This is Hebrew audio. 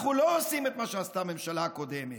אנחנו לא עושים את מה שעשתה הממשלה הקודמת.